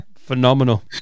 Phenomenal